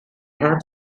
have